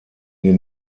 den